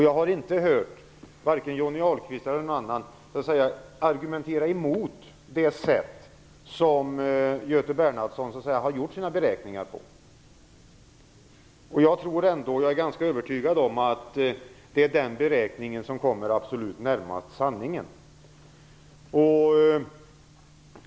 Jag har inte hört varken Johnny Ahlqvist eller någon annan argumentera emot det sätt som Göte Bernhardsson har gjort sina beräkningar på. Jag är ganska övertygad om att det är den beräkning som kommer absolut närmast sanningen.